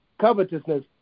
covetousness